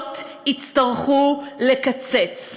המקומיות יצטרכו לקצץ.